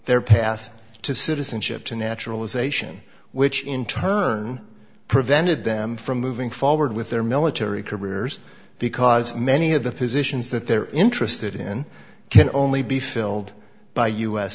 their path to citizenship to naturalization which in turn prevented them from moving forward with their military careers because many of the positions that they're interested in can only be filled by u